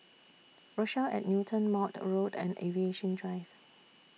Rochelle At Newton Maude Road and Aviation Drive